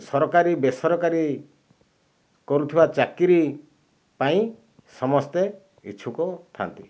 ସରକାରୀ ବେସରକାରୀ କରୁଥିବା ଚାକିରୀ ପାଇଁ ସମସ୍ତେ ଇଚ୍ଛୁକ ଥାନ୍ତି